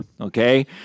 okay